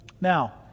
now